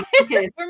Okay